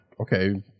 okay